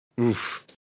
Oof